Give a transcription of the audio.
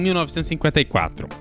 1954